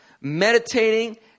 meditating